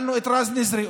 את רז נזרי,